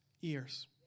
years